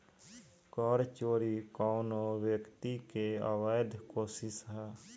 कर चोरी कवनो व्यक्ति के अवैध कोशिस ह